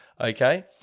okay